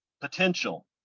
potential